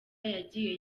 yagiye